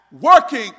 working